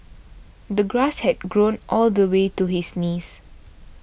the grass had grown all the way to his knees